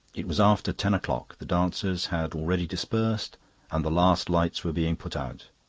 it was after ten o'clock. the dancers had already dispersed and the last lights were being put out.